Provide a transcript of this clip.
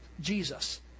Jesus